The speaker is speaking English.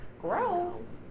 Gross